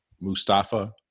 Mustafa